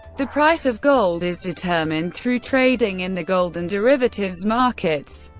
the price of gold is determined through trading in the gold and derivatives markets,